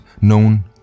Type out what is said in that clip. known